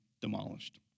demolished